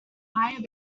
higher